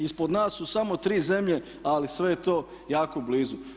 Ispod nas su samo tri zemlje, ali sve je to jako blizu.